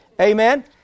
Amen